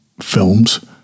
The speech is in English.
films